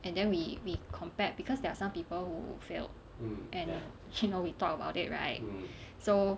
and then we we compared because there are some people who failed and she know we talk about it right so